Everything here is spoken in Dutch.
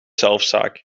zelfzaak